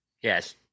Yes